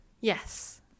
Yes